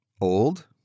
old